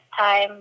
time